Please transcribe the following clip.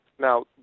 Now